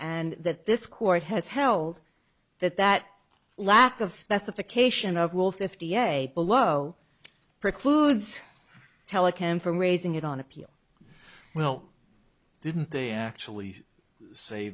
and that this court has held that that lack of specification of well fifty eight below precludes telecom from raising it on appeal well didn't they actually say